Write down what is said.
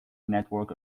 network